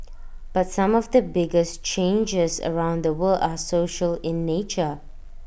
but some of the biggest changes around the world are social in nature